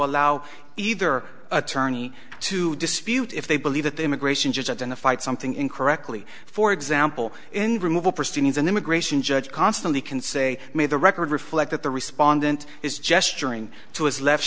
allow either attorney to dispute if they believe that the immigration just identified something incorrectly for example in removal proceedings an immigration judge constantly can say may the record reflect that the respondent is gesturing to his left